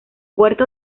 puerto